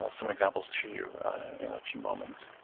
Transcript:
some examples to you in a few moments.